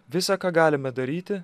visa ką galime daryti